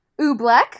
Oobleck